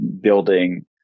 building